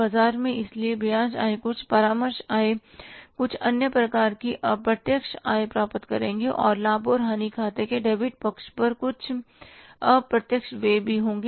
बाजार में इसलिए वे ब्याज आय कुछ परामर्श आय कुछ अन्य प्रकार की अप्रत्यक्ष आय प्राप्त करेंगे और लाभ और हानि खाते के डेबिट पक्ष पर कुछ अप्रत्यक्ष व्यय भी होंगे